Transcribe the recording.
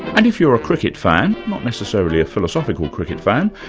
and if you're a cricket fan, not necessarily a philosophical cricket fan,